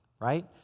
Right